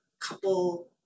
couple